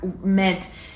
meant